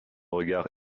regard